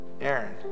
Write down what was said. Aaron